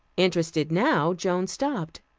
interested now, joan stopped.